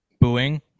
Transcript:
booing